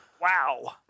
Wow